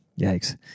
Yikes